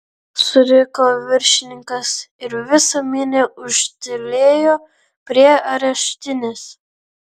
suriko viršininkas ir visa minia ūžtelėjo prie areštinės